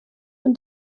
und